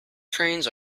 trains